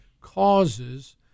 causes